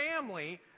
family